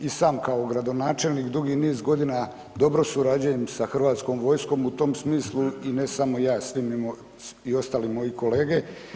I sam kao gradonačelnik dugi niz godina dobro surađujem sa Hrvatskom vojskom u tom smislu i ne samo ja svi mi moji i ostali moji kolege.